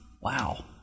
Wow